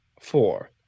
four